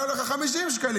עלה לך 50 שקלים.